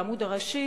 בעמוד הראשי,